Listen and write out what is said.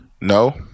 No